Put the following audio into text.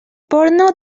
porno